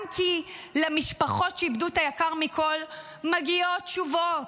גם כי למשפחות שאיבדו את היקר מכול מגיעות תשובות,